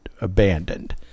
abandoned